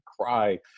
cry